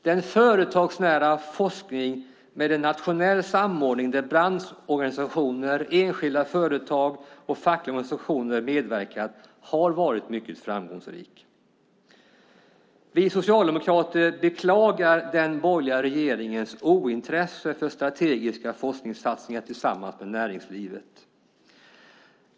Denna företagsnära forskning med en nationell samordning där branschorganisationer, enskilda företag och fackliga organisationer medverkat har varit mycket framgångsrik. Vi socialdemokrater beklagar den borgerliga regeringens ointresse för strategiska forskningssatsningar tillsammans med näringslivet.